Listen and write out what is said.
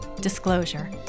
Disclosure